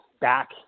back